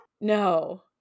No